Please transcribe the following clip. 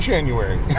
January